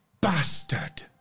BASTARD